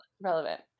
Relevant